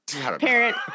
parent